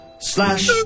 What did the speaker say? Slash